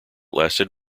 lasted